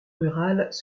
rurales